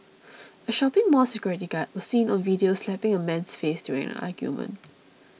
a shopping mall security guard was seen on video slapping a man's face during an argument